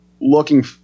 looking